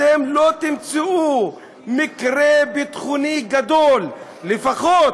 אתם לא תמצאו מקרה ביטחוני גדול, לפחות